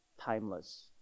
timeless